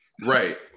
Right